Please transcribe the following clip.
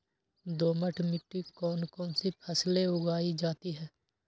दोमट मिट्टी कौन कौन सी फसलें उगाई जाती है?